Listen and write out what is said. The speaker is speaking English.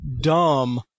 dumb